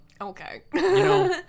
Okay